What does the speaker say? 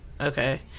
Okay